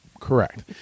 Correct